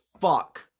fuck